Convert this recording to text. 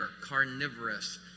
carnivorous